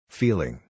feeling